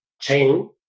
chain